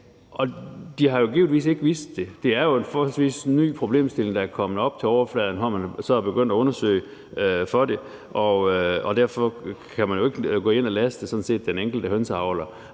de har jo givetvis ikke selv vidst det. Det er jo en forholdsvis ny problemstilling, der er kommet op til overfladen, og som man er begyndt at undersøge, og derfor kan man sådan set ikke gå ind og laste den enkelte hønseavler